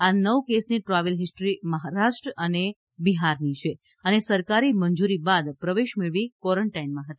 આ નવ કેસની ટ્રાવેલ હિસ્રીજે મહારાષ્ટ્ર્લ અને બિહારની છે અને સરકારી મંજૂરી બાદ પ્રવેશ મેળવી ક્વોરોન્ટાઇનમાં હતા